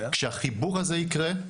כשהחיבור הזה יקרה,